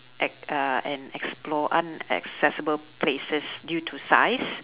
e~ uh and explore unaccessible places due to size